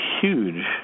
huge